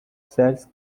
sells